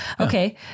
Okay